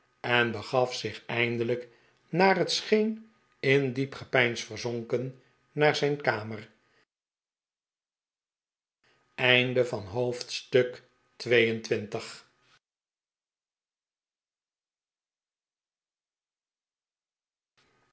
en begaf zich eindelijk naar het scheen in diep gepeins verzonken naar zijn kamer